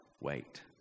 wait